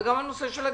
וגם הנושא של הגמ"חים,